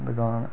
दकान